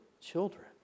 children